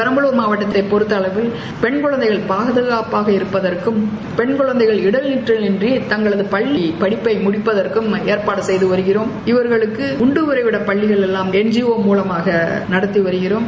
பெரம்பலூர் மாவட்டத்தை பொறுத்தஅளவில் பெண் குழந்தைகள் பாதகாப்பாக இரப்பதற்கும் பெண் குழந்தைகள் இடமிற்றலின்றி தங்களது பள்ளிப்படிப்பை முடிப்பதற்கும் எற்பாடு செய்து வருகிறோம் இவர்களுக்கு உண்டு உறைவிடப் பள்ளிகள் எல்லாம் என்ஜிஒ மூலமாக நடத்தி வருகிறோம்